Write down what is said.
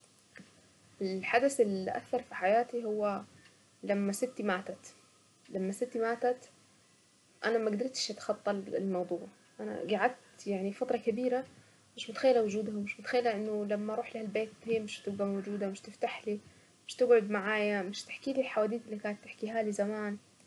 الحدث اللي اثر في حياتي هو لما ستي ماتت لما ستي ماتت انا ما قدرتش اتخطى الموضوع انا قعدت يعني فترة كبيرة مش متخيلة وجودها مش متخيلة انه لما اروح للبيت مش هتبقى موجودة مش تفتح لي مش هتقعد معايا مش تحكي لي الحواديت اللي كانت بتحكيها لي زمان.